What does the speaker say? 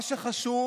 מה שחשוב